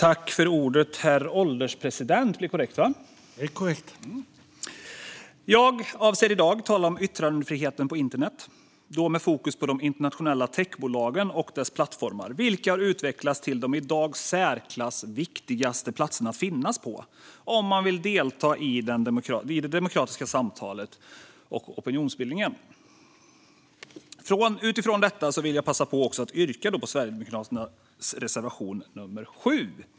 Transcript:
Herr ålderspresident! Jag avser i dag att tala om yttrandefriheten på internet med fokus på de internationella techbolagen och deras plattformar, vilka har utvecklats till de i dag särklass viktigaste platserna att finnas på om man vill delta i det demokratiska samtalet och opinionsbildningen. Utifrån detta vill jag också passa på att yrka bifall till Sverigedemokraternas reservation nummer 7.